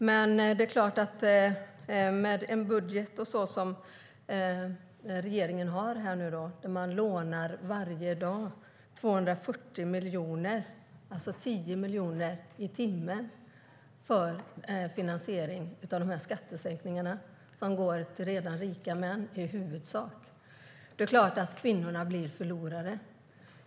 Men med en budget där regeringen varje dag lånar 240 miljoner, 10 miljoner i timmen, för finansieringen av skattesänkningarna, som i huvudsak går till redan rika män, är det klart att kvinnorna blir förlorare.